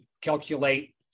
calculate